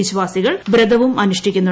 വിശ്വാസികൾ വ്രതവും അനുഷ്ഠിക്കും